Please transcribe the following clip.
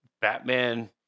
Batman